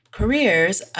careers